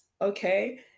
okay